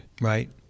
Right